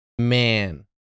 man